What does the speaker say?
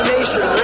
Nation